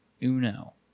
uno